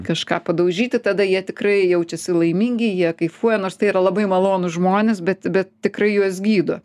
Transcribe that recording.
kažką padaužyti tada jie tikrai jaučiasi laimingi jie kaifuoja nors tai yra labai malonūs žmonės bet bet tikrai juos gydo